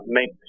make